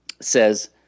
says